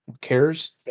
Cares